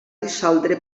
dissoldre